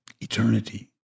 eternity